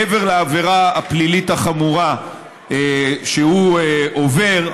מעבר לעבירה הפלילית החמורה שהוא עובר,